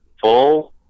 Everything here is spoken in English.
full